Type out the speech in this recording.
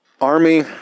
Army